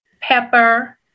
pepper